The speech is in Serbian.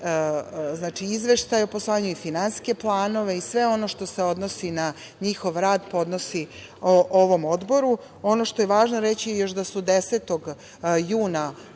izveštaje o poslovanje i finansijske planove i sve ono što se odnosi na njihov rad podnosi ovom Odboru. Ono što je važno reći je da su 10. juna